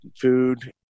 food